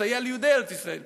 לסייע ליהודי ארץ-ישראל,